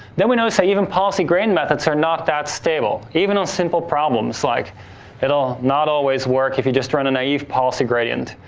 then, we noticed that even policy gradient methods are not that stable. even on simple problems like it'll not always work if you just run a naive policy gradient,